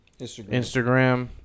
Instagram